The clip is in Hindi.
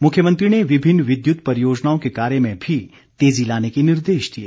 मुख्यमंत्री ने विभिन्न विद्यत परियोजनाओं के कार्य में भी तेजी लाने के निर्देश दिए